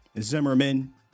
Zimmerman